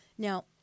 Now